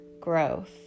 growth